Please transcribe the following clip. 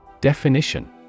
Definition